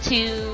Two